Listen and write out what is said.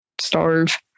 starve